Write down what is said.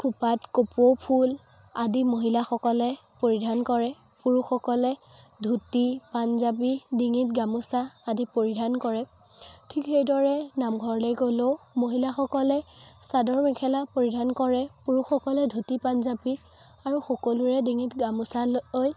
খোপাত কপৌ ফুল আদি মহিলাসকলে পৰিধান কৰে পুৰুষসকলে ধূতি পাঞ্জাবী ডিঙিত গামোছা আদি পৰিধান কৰে ঠিক সেইদৰে নামঘৰলৈ গ'লেও মহিলাসকলে চাদৰ মেখেলা পৰিধান কৰে পুৰুষসকলে ধূতি পাঞ্জাবী আৰু সকলোৰে ডিঙিত গামোছা লৈ